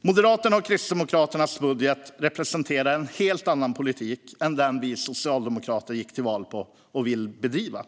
Moderaternas och Kristdemokraternas budget representerar en helt annan politik än den vi socialdemokrater gick till val på och vill bedriva.